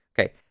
Okay